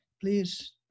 please